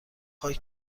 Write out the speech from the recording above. خاک